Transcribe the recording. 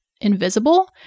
invisible